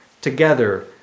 together